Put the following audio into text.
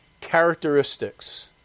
characteristics